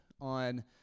on